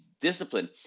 discipline